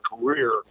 career